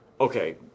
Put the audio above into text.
okay